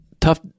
tough